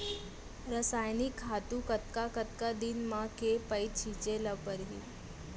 रसायनिक खातू कतका कतका दिन म, के पइत छिंचे ल परहि?